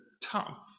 tough